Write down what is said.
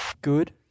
Good